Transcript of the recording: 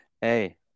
hey